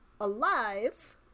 alive